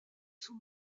sous